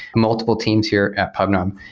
multiple teams here at pubnub.